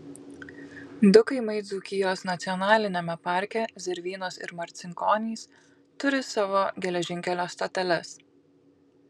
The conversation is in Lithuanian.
du kaimai dzūkijos nacionaliniame parke zervynos ir marcinkonys turi savo geležinkelio stoteles